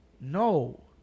no